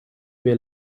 wir